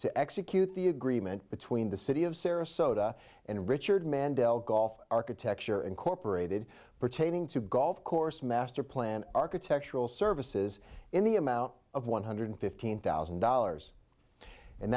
to execute the agreement between the city of sarasota and richard mandela golf architecture incorporated pertaining to golf course master plan architectural services in the amount of one hundred fifteen thousand dollars and